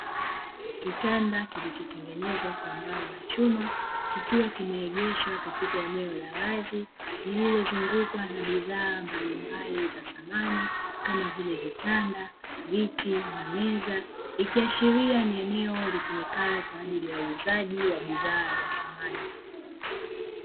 Kitanda kilichotengenezwa kwa mbao na chuma, kikiwa kimeegeshwa katika eneo la wazi; lililozungukwa na bidhaa mbalimbali za samani, kama vile: vitanda, viti na meza, ikiashiria ni eneo litumikalo kwa ajili ya uuzaji wa bidhaa za samani.